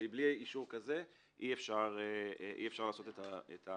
ובלי אישור כזה אי אפשר לעשות את ההעברה.